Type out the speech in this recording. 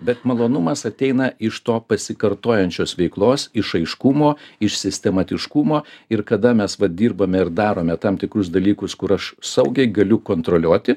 bet malonumas ateina iš to pasikartojančios veiklos iš aiškumo iš sistematiškumo ir kada mes vat dirbame ir darome tam tikrus dalykus kur aš saugiai galiu kontroliuoti